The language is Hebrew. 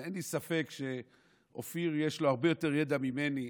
אין לי ספק שלאופיר יש הרבה יותר ידע ממני,